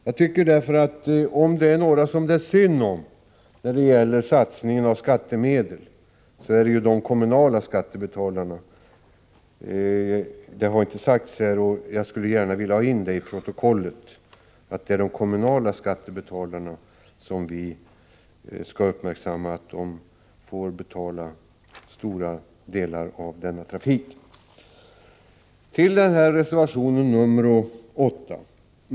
Jag tycker därför att om det är några som det är synd om när det gäller satsningen av skattemedel så är det de kommunala skattebetalarna. Det har inte sagts här tidigare, och jag vill gärna få in det i protokollet — att vi skall uppmärksamma att det är de kommunala skattebetalarna som får betala stora delar av denna trafik. Så till reservation nr 8!